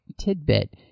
tidbit